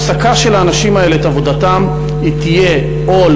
הפסקת עבודתם של האנשים האלה תהיה עול